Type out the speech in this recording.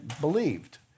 believed